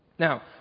Now